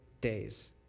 days